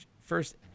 first